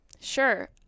sure